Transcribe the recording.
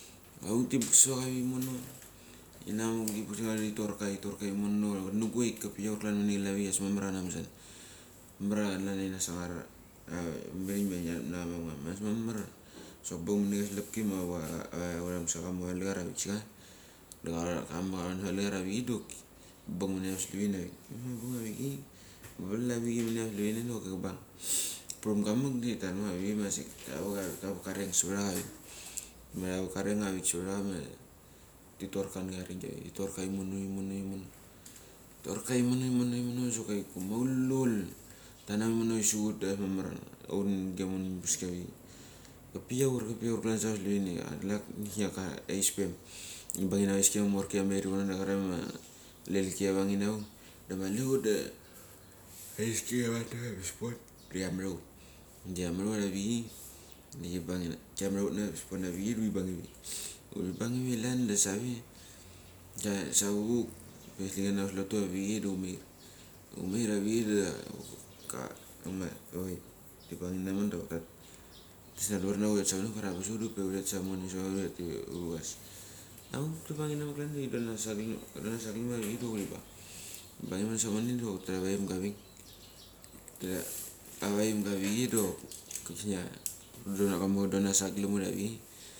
Auk ti pek savaracha imono, inamu ti pek savaracha da ti torka imono dak knuguik ki pior kla mini lavi ia angabes, mamar kama masana, mamar tina sangaracha, ura tina napacha mavangam, sok bang mini selpki ma ava ramasaga kamu a va lechar avik secha da cha chron ava lecher doki lechar avik secha da cha chron ava lecher doki bang mini ava selefini avik. Pe pang avichei, vel avik mini ava selef doki ka bang. Puram ga mek da ti talmacha a vcchei ma asik ti tal ka reng severacha avik ma ta vak ka reng severacha ma ti tor ka necha arengi. Ti tor ka iomn im ono, ti torka imono imono, so kaiku maulul. Tana mu ti savup da hangabes mamar. Aungia mon su uvuski avichei, ki piaur klan sava selefini. Laki da heispem, ibanginamuk hesik amorki kia meir ivono da kraik ma lelki kia vang inavuk. Da mali hut da hesik kia vang nave pia pon dia kimarahut, dia kimarahut avichei de ki bang. Kimaruhut avichei huri bangivi. Huri bangivi lan da save vuk ma SDA chana hauslotu avichei da umair. Umair avichei da ama nges ti banginam ta tisnanbrahut ia asik huretsque, huresaque ngu kuria anbas hut da huretsamonep huret urugas. Auk tibang inamak klan da tidonanas sa glem hut klan. Ti donanas glem hut avichei da huri bang. Huri bang i mone samone diva hutra ava vaim ga avik, da ava vaim ga avichei do kusnia kamo hudon as sa glem hut avichei.